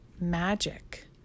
magic